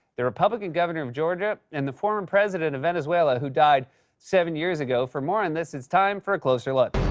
the republican governor of georgia, and the former president of venezuela who died seven years ago. for more on this, it's time for a closer look.